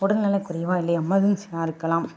உடல்நிலை குறைவா இல்லை எமர்ஜென்சியாக இருக்கலாம்